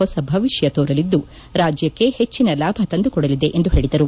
ಹೊಸ ಭವಿಷ್ಯ ಕೋರಲಿದ್ದು ರಾಜ್ಯಕ್ಷೆ ಹೆಚ್ಚನ ಲಾಭ ತಂದು ಕೊಡಲಿದೆ ಎಂದು ಪೇಳಿದರು